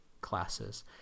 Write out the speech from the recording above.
classes